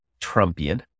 Trumpian